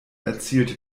erzielte